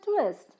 twist